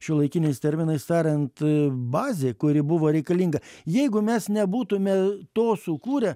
šiuolaikiniais terminais tariant bazė kuri buvo reikalinga jeigu mes nebūtume to sukūrę